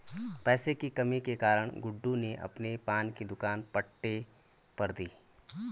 पैसे की कमी के कारण गुड्डू ने अपने पान की दुकान पट्टे पर दी